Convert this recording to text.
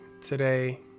today